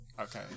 Okay